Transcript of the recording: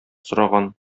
сораган